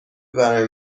برای